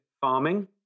farming